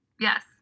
Yes